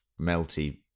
melty